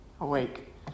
awake